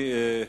אז אני אומר,